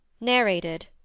Narrated